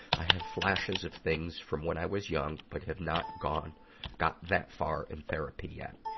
i have flashes of things from when i was young, but have not gone got that far in therapy yet.